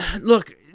Look